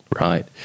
right